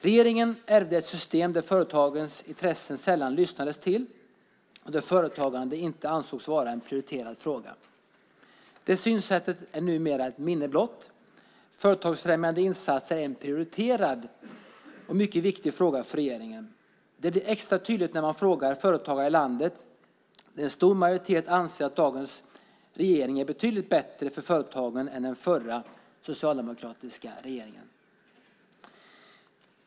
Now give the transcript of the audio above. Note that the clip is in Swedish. Regeringen ärvde ett system där företagens intressen sällan lyssnades till, där företagande inte ansågs vara en prioriterad fråga. Det synsättet är numera ett minne blott. Företagsfrämjande insatser är en prioriterad och mycket viktig fråga för regeringen. Det blir extra tydligt när man frågar företagare i landet. En stor majoritet anser att dagens regering är betydligt bättre för företagen än den förra socialdemokratiska regeringen.